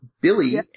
Billy